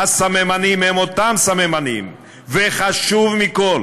הסממנים הם אותם סממנים, וחשוב מכול